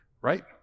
right